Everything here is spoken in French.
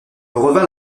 revint